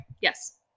Yes